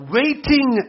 waiting